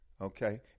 Okay